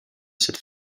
cette